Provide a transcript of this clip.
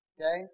Okay